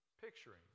picturing